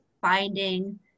finding